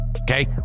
Okay